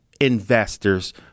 investors